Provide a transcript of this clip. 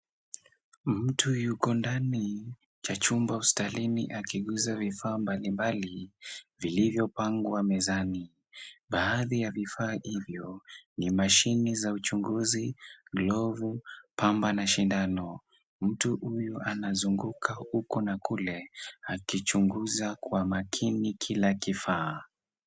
Mtu yuko ndani ya chumba hospitalini akiguza vifaa mbalimbali vilivyopangwa mezani, baadhi ya vifaa hivyo ni mashine za uchunguzi, glovu, pamba na sindano. Mtu huyu anazunguka huko na kule akichunguza kwa makini kila kifaa.